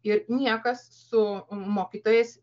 ir niekas su mokytojais